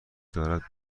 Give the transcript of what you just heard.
دارد